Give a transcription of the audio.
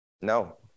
No